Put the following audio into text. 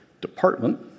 department